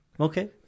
Okay